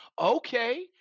okay